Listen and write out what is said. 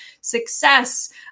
Success